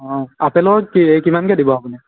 অ' আপেলৰ কি কিমানকৈ দিব আপুনি